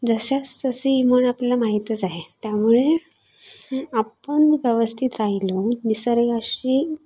जशास तसे ही म्हण आपल्याला माहितच आहे त्यामुळे आपण व्यवस्थित राहिलो निसर्गाशी